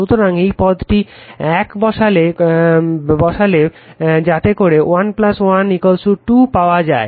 সুতরাং এই পদটি 1 বসালে যাতে করে 1 1 2 পাওয়া যায়